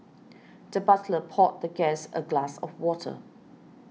the butler poured the guest a glass of water